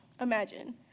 Imagine